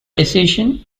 decision